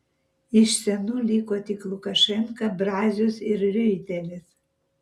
iš senų liko tik lukašenka brazius ir riuitelis